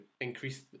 increase